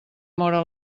móra